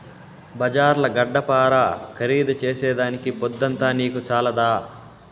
బజార్ల గడ్డపార ఖరీదు చేసేదానికి పొద్దంతా నీకు చాలదా